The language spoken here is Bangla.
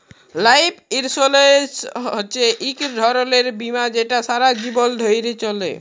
লাইফ ইলসুরেলস হছে ইক ধরলের বীমা যেট সারা জীবল ধ্যরে চলে